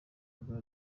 bwa